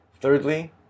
thirdly